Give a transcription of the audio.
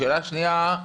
השאלה השנייה,